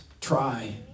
try